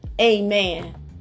Amen